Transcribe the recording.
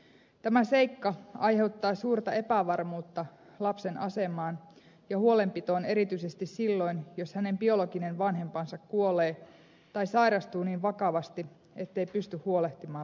tämä seikka aiheuttaa suurta epävarmuutta lapsen asemaan ja huolenpitoon erityisesti silloin jos hänen biologinen vanhempansa kuolee tai sairastuu niin vakavasti ettei pysty huolehtimaan lapsesta